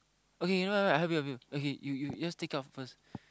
okay never mind never mind I help you I help you okay you you just take out first